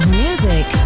music